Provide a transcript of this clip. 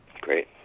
Great